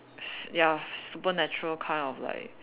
sh~ ya supernatural kind of like